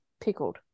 pickled